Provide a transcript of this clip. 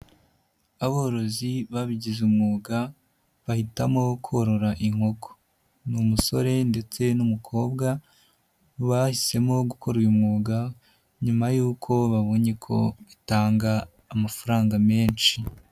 Aborozi babigize umwuga bahitamo korora inkoko. Ni umusore ndetse n'umukobwa, bahisemo gukora uyu mwuga nyuma yuko babonye ko bitanga amafaranga menshi.